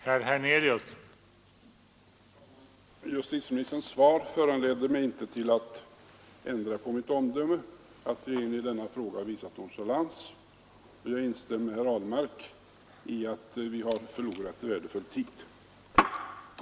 Herr talman! Justitieministerns svar föranleder mig inte att ändra mitt omdöme att regeringen i denna fråga har visat nonchalans. Jag instämmer i herr Ahlmarks uttalande att vi har förlorat värdefull tid.